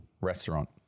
restaurant